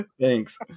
thanks